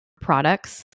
products